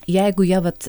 jeigu ja vat